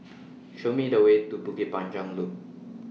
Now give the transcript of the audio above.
Show Me The Way to Bukit Panjang Loop